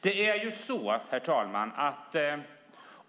Herr talman!